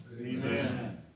Amen